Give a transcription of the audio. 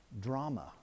drama